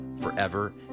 forever